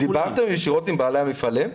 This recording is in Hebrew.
דברתם ישירות עם בעלי המפעלים?